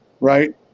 right